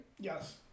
Yes